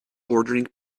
ordering